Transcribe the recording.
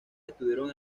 estuvieron